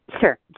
Sure